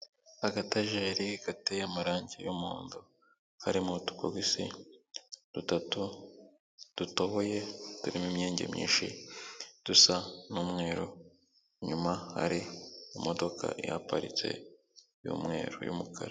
Agatageri kateye amarangi y'umuhondo, harimo utubogisi dutatu dutoboye turimo imyenge myinshi dusa n'umweru, inyuma hari imodoka ihaparitse y'umweru y'umukara.